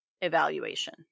evaluation